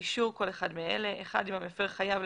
"אישור" כל אחד מאלה: אם המפר חייב,